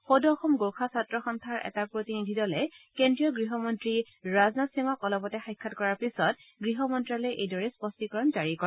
সদৌ অসম গোৰ্খ ছাত্ৰ সন্থাৰ এটা প্ৰতিনিধি দলে কেন্দ্ৰীয় গৃহমন্নী ৰাজনাথ সিঙক অলপতে সাক্ষাৎ কৰাৰ পিছত গৃহ মন্নালয়ে এইদৰে স্পষ্টীকৰণ জাৰি কৰে